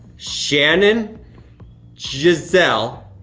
shannon giselle